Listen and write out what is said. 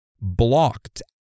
blocked